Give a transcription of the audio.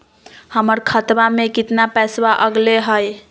हमर खतवा में कितना पैसवा अगले हई?